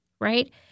right